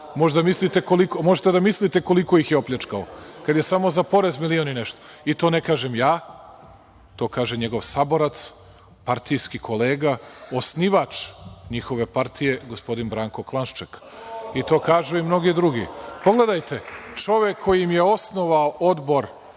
možete da mislite koliko ih je opljačkao kada je samo za porez milion i nešto. To ne kažem ja, to kaže njegov saborac, partijski kolega, osnivač njihove partije, gospodin Branko Klanšček, i to kažu i mnogi drugi. Pogledajte, čovek koji im je osnovao odbor